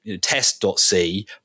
test.c